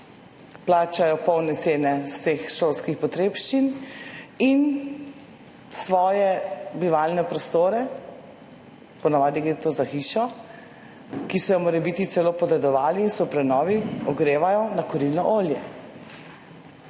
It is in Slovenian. plačajo polne cene vseh šolskih potrebščin in svoje bivalne prostore, po navadi gre to za hišo, ki so jo morebiti celo podedovali in so v prenovi, ogrevajo na kurilno olje.